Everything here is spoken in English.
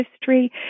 history